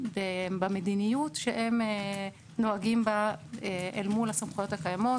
המדיניות שהם נוהגים בה אל מול הסמכויות הקיימות.